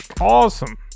Awesome